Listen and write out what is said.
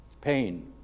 pain